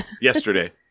Yesterday